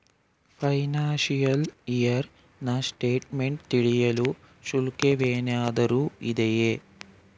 Financial year ನ statement ತಿಳಿಯಲು ಶುಲ್ಕವೇನಾದರೂ ಇದೆಯೇ?